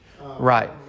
Right